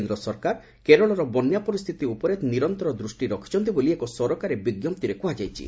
କେନ୍ଦ୍ର ସରକାର କେରଳର ବନ୍ୟା ପରିସ୍ଥିତି ଉପରେ ନିରନ୍ତର ଦୃଷ୍ଟି ରଖିଛନ୍ତି ବୋଳି ଏକ ସରକାରୀ ବିଜ୍ଞପ୍ତିରେ କୁହାଯାଇଛି